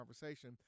conversation